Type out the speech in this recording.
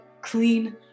clean